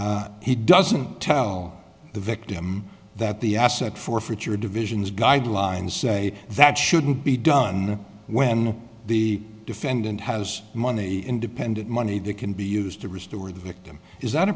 he doesn't tell the victim that the asset forfeiture division's guidelines say that shouldn't be done when the defendant has money independent money that can be used to restore the victim is that